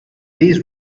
lease